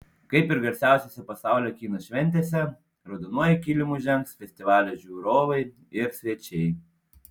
kaip ir garsiausiose pasaulio kino šventėse raudonuoju kilimu žengs festivalio žiūrovai ir svečiai